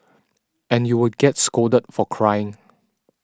and you would get scolded for crying